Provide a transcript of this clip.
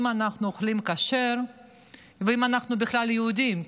אם אנחנו אוכלים כשר ואם אנחנו בכלל יהודים,